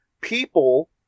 people